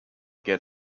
get